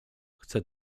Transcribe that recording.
chcę